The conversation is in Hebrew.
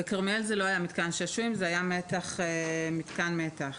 בכרמיאל זה לא היה מתקן שעשועים; זה היה מתקן מתח.